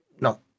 no